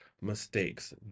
mistakes